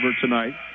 tonight